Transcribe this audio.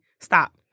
Stop